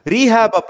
Rehab